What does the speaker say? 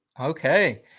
Okay